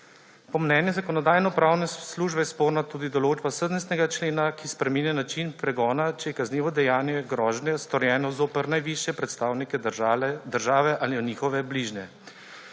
Po mnenju Zakonodajno-pravne službe je sporna tudi določba 17. člena, ki spreminja način pregona, če je kaznivo dejanje grožnje storjeno zoper najvišje predstavnike države ali njihove bližnje.